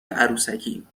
عروسکی